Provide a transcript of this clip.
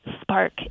spark